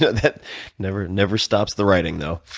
that never never stops the writing, though.